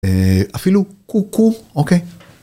אפילו קוקו אוקיי.